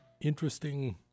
interesting